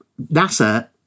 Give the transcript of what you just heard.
NASA